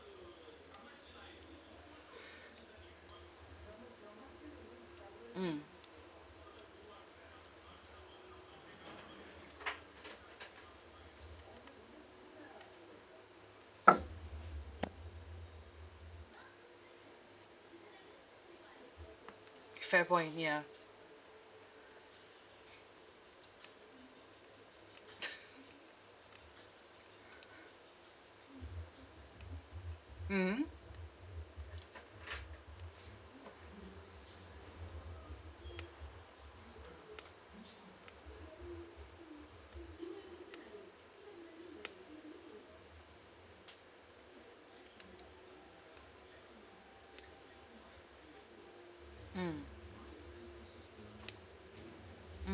mm fair point ya mmhmm mm mm